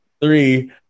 Three